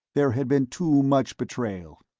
there had been too much betrayal.